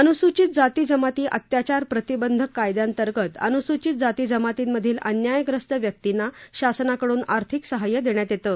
अनुसूचित जाती जमाती अत्याचार प्रतीबंधक कायद्यांतर्गत अनुसूचित जाती जमातींमधील अन्यायग्रस्त व्यक्तींना शासनाकडून आर्थिक सहाय्य देण्यात येतं